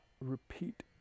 repeat